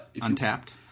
Untapped